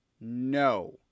No